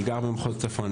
אני גר במחוז צפון,